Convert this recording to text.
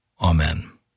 Amen